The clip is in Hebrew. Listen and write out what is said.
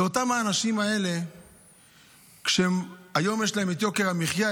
זה אותם האנשים האלה שכשהיום יש להם את יוקר המחיה,